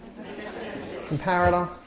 Comparator